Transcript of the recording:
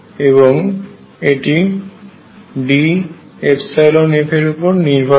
এবং এটি DF এর উপর নির্ভর করে